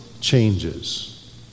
changes